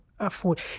afford